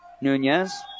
Nunez